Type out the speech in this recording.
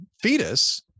fetus